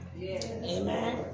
Amen